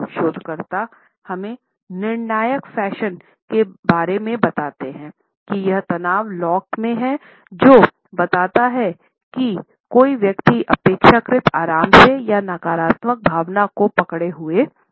शोधकर्ता हमें निर्णायक फैशन में बताते हैं कि यह तनाव लॉक में है जो बताता है कि कोई व्यक्ति अपेक्षाकृत आराम से या नकारात्मक भावना को पकड़े हुए है